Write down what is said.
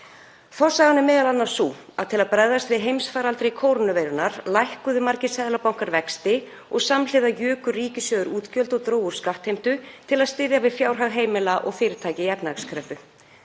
Forsagan er m.a. sú að til að bregðast við heimsfaraldri kórónuveirunnar lækkuðu margir seðlabankar vexti og samhliða juku ríkissjóðir útgjöld og drógu úr skattheimtu til að styðja við fjárhag heimila og fyrirtækja í efnahagskreppu.